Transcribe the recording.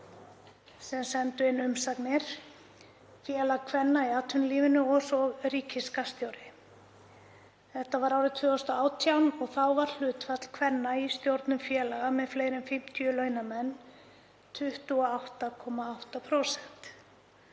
sem sendu inn umsagnir, Félag kvenna í atvinnulífinu og ríkisskattstjóri. Þetta var árið 2018 og þá var hlutfall kvenna í stjórnum félaga með fleiri en 50 launamenn 28,8%,